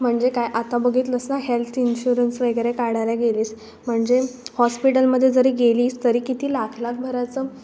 म्हणजे काय आता बघितलंस ना हेल्थ इन्श्युरन्स वगैरे काढायला गेलीस म्हणजे हॉस्पिटलमध्ये जरी गेलीस तरी किती लाख लाखभराचं